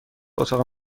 اتاق